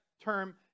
term